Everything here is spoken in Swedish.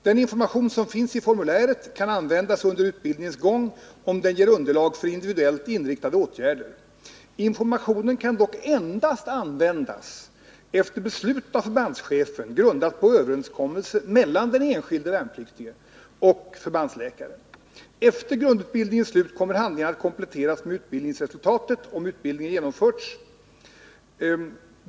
Den information som finns i formuläret kan användas under utbildningens gång, och den ger underlag för individuellt inriktade åtgärder. Informationen kan dock endast användas efter beslut av förbandschefen grundat på överenskommelse mellan den enskilde värnpliktige och förbandsläkaren. Efter grundutbildningens slut kommer handlingen att kompletteras med utbildningsresultat, om utbildningen genomförts.